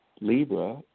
Libra